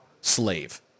slave